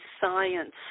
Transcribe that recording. science